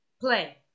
play